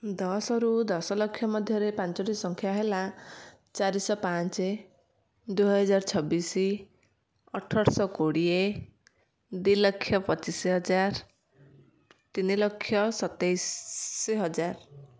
ଦଶରୁ ଦଶ ଲକ୍ଷ ମଧ୍ୟରେ ପାଞ୍ଚଟି ସଂଖ୍ୟା ହେଲା ଚାରି ଶହ ପାଞ୍ଚ ଦୁଇ ହଜାର ଛବିଶି ଅଠର ଶହ କୋଡ଼ିଏ ଦୁଇ ଲକ୍ଷ ପଚିଶି ହଜାର ତିନି ଲକ୍ଷ ସତେଇଶି ହଜାର